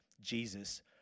Jesus